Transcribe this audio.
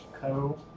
co